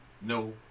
no